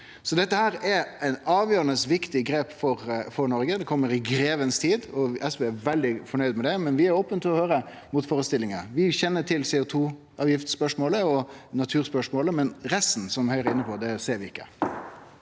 Dette er eit avgjerande viktig grep for Noreg. Det kjem i grevens tid. SV er veldig fornøgd med det, men vi er opne for å høyre motførestillingar. Vi kjenner til CO2-avgiftsspørsmålet og naturspørsmålet, men resten av det som Høgre er inne på, ser vi ikkje.